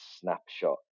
snapshot